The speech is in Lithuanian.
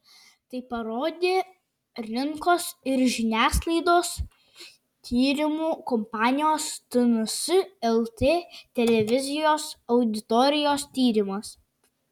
tai parodė rinkos ir žiniasklaidos tyrimų kompanijos tns lt televizijos auditorijos tyrimas